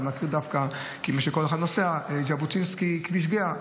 אני מכיר את ז'בוטינסקי-כביש גהה,